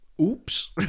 Oops